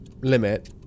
limit